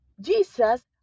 Jesus